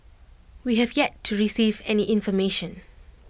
we have yet to receive any information